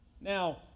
Now